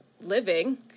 living